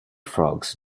frogs